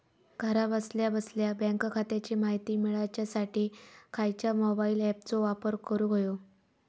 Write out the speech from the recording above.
घरा बसल्या बसल्या बँक खात्याची माहिती मिळाच्यासाठी खायच्या मोबाईल ॲपाचो वापर करूक होयो?